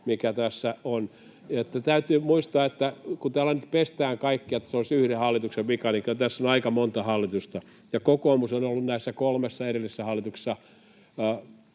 hallitusta. Täytyy muistaa, että kun täällä nyt pestään kaikkea, että se olisi yhden hallituksen vika, niin kyllä tässä on aika monta hallitusta, ja kokoomus on ollut näissä kolmessa edellisessä hallituksessa